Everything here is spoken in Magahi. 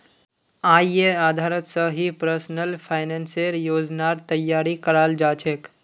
आयेर आधारत स ही पर्सनल फाइनेंसेर योजनार तैयारी कराल जा छेक